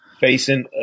facing